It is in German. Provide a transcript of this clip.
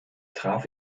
traf